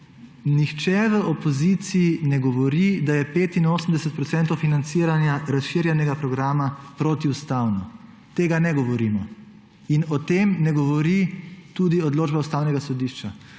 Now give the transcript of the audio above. Nihče v opoziciji ne govori, da je 85 % financiranja razširjenega programa protiustavno. Tega ne govorimo. In o tem ne govori tudi odločba Ustavnega sodišča.